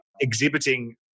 exhibiting